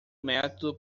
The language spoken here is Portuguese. método